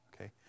Okay